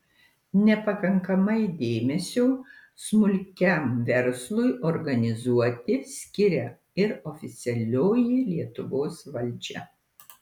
nepakankamai dėmesio smulkiam verslui organizuoti skiria ir oficialioji lietuvos valdžia